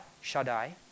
Shaddai